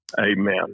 Amen